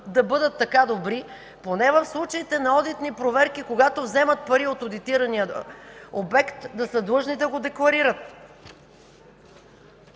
да бъдат така добри поне в случаите на одитни проверки, когато вземат пари от одитирания обект, да са длъжни да го декларират.